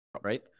right